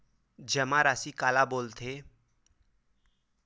जमा राशि काला बोलथे?